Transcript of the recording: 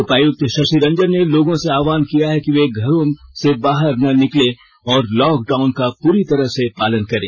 उपायुक्त शशि रंजन ने लोगों से आह्वान किया है कि वे घरों से बाहर ना निकले और लॉकडाउन का पूरी तरह से पालन करें